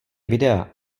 videa